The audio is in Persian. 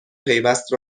پیوست